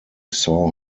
saw